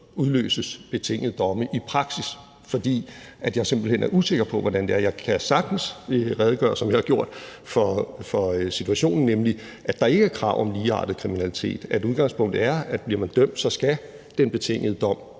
betingede domme udløses i praksis, fordi jeg simpelt hen er usikker på, hvordan det er. Jeg kan sagtens redegøre, som jeg har gjort, for situationen, nemlig at der ikke er krav om ligeartet kriminalitet, at udgangspunktet er, at bliver man dømt, skal den betingede dom